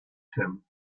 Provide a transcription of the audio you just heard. him